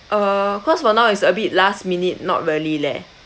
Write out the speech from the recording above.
uh cause for now is a bit last minute not really leh